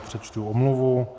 Přečtu omluvu.